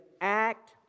act